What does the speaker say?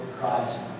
Christ